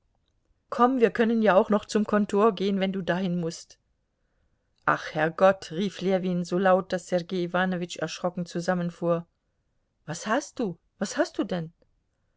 komm wir können ja auch noch zum kontor gehen wenn du dahin mußt ach herrgott rief ljewin so laut daß sergei iwanowitsch erschrocken zusammenfuhr was hast du was hast du denn